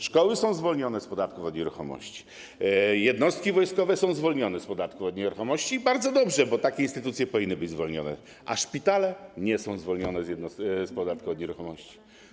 Szkoły są zwolnione z podatku od nieruchomości, jednostki wojskowe są zwolnione z podatku od nieruchomości - i bardzo dobrze, bo takie instytucje powinny być zwolnione - a szpitale nie są zwolnione z podatku od nieruchomości.